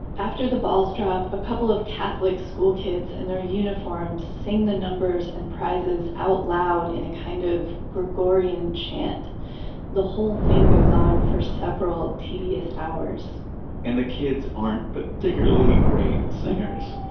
after the balls drop, a couple of catholic school kids in their uniforms sing the numbers and prizes out-loud in a kind of gregorian chant the whole thing goes on for several tedious hours and the kids aren't but particularly great singers,